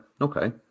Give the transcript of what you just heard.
Okay